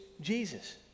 Jesus